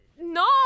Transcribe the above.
No